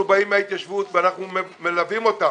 אנחנו באים מההתיישבות ואנחנו מלווים אותם.